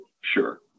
Sure